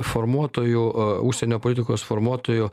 formuotojų užsienio politikos formuotojų